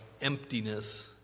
emptiness